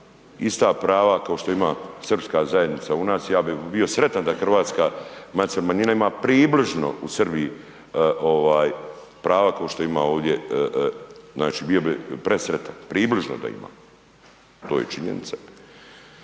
ista prava kao što ima srpska zajednica u nas, ja bih bio sretan da hrvatska nacionalna manjima ima približno u Srbiji prava kao što ima ovdje, znači bio bih presretan približno da ima. To je činjenica.